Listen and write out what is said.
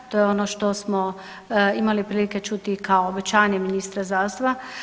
To je ono što smo imali prilike čuti kao obećanje ministra zdravstva.